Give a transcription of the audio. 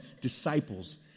disciples